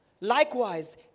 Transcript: Likewise